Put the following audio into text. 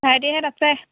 ভাইটিহঁত আছে